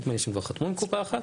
ונדמה לי שהם כבר חתמו עם קופה אחת.